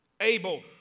Abel